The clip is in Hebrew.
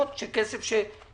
החינוך של הכנסת ואני גם לא משרד